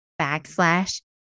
backslash